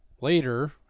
later